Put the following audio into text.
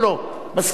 לא משנה לי.